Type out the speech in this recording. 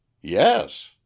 yes